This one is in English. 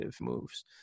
moves